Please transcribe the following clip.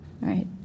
right